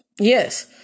Yes